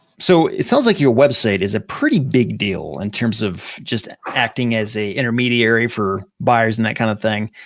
so, it sounds like your website is a pretty big deal in terms of just acting as an intermediary for buyers and that kind of thing.